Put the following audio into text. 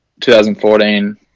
2014